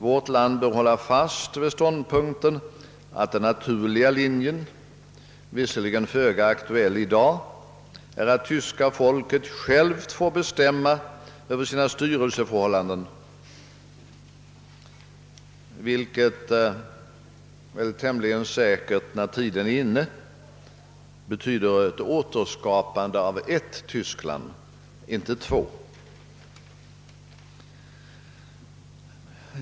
Vårt land bör hålla fast vid ståndpunkten att den naturliga linjen — visserligen föga aktuell i dag — är att det tyska folket självt får bestämma Över sina styrelseförhållanden, vilket väl tämligen säkert, när tiden är inne, betyder ett återskapande av ett Tyskland, inte två.